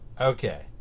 Okay